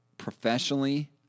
Professionally